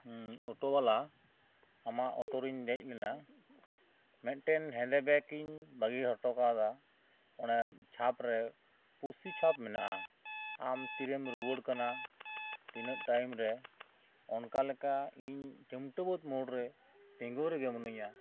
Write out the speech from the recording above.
ᱚᱴᱚ ᱵᱟᱞᱟ ᱟᱢᱟᱜ ᱚᱴᱚ ᱨᱮᱧ ᱫᱮᱡ ᱞᱮᱱᱟ ᱢᱤᱫ ᱴᱮᱱ ᱦᱮᱸᱫᱮ ᱵᱮᱜᱽ ᱤᱧ ᱵᱟᱹᱜᱤ ᱦᱚᱴᱚ ᱣᱟᱠᱟᱫᱟ ᱚᱱᱟ ᱪᱷᱟᱯ ᱨᱮ ᱯᱩᱥᱤ ᱪᱷᱟᱯ ᱢᱮᱱᱟᱜᱼᱟ ᱟᱢ ᱛᱤᱨᱮᱢ ᱨᱩᱣᱟᱹᱲ ᱠᱟᱱᱟ ᱛᱤᱱᱟᱹᱜ ᱴᱟᱭᱤᱢ ᱨᱮ ᱚᱱᱠᱟ ᱞᱮᱠᱟ ᱤᱧ ᱴᱮᱢᱴᱩᱣᱟᱹᱛ ᱢᱳᱲ ᱨᱮ ᱛᱤᱸᱜᱩ ᱨᱮᱜᱮ ᱢᱤᱱᱟᱹᱧᱟ